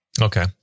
Okay